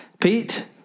Pete